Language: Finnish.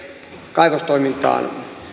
kaivostoimintaan